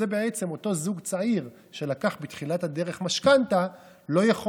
וזה בעצם אותו זוג צעיר שלקח בתחילת הדרך משכנתה ולא יכול